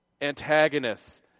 antagonists